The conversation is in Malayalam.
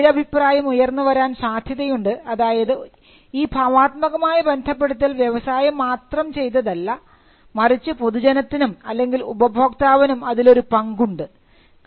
ഇവിടെ ഒരു എതിരഭിപ്രായം ഉയർന്നു വരാൻ സാധ്യതയുണ്ട് അതായത് ഈ ഭാവാത്മകമായ ബന്ധപ്പെടുത്തൽ വ്യവസായ മാത്രം ചെയ്തതല്ല മറിച്ച് പൊതുജനത്തിനും അല്ലെങ്കിൽ ഉപയോക്താവിനും അതിലൊരു പങ്കുണ്ട്